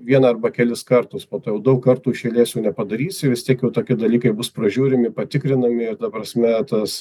vieną arba kelis kartus po to jau daug kartų iš eilės jau nepadarysi vis tiek jau toki dalykai bus pražiūrimi patikrinami ir ta prasme tas